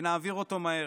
ונעביר אותו מהר.